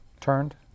Turned